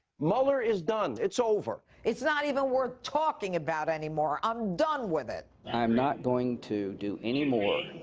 mueller is done. it's over. it's not even worth talking about anymore. i'm done with it. i'm not going to do any more.